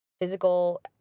physical